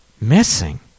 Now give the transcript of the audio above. missing